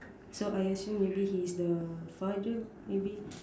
so I assume maybe he is the father maybe